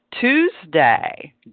Tuesday